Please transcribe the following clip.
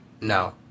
No